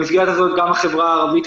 במסגרת הזו גם החברה הערבית,